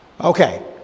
Okay